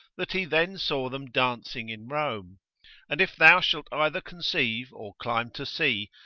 that he then saw them dancing in rome and if thou shalt either conceive, or climb to see,